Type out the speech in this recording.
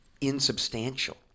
insubstantial